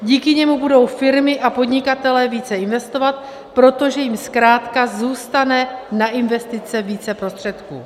Díky němu budou firmy a podnikatelé více investovat, protože jim zkrátka zůstane na investice více prostředků.